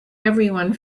everyone